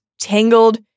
tangled